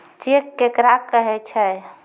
Cheque केकरा कहै छै?